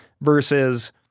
versus